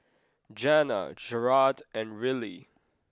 Janna Jarrad and Rillie